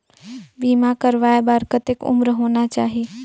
बीमा करवाय बार कतेक उम्र होना चाही?